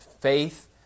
Faith